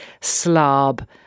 slob